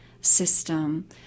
system